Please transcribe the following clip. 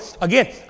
Again